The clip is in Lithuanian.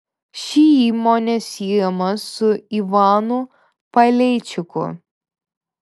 ši įmonė siejama su ivanu paleičiku